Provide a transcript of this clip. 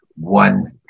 one